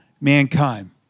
mankind